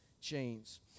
chains